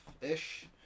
ish